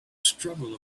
struggle